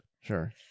sure